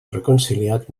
reconciliat